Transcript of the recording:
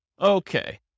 Okay